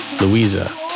Louisa